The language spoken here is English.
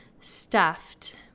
stuffed